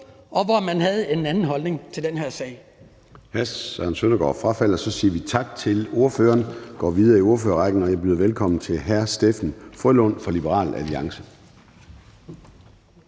der havde man en anden holdning til den her sag.